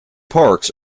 parks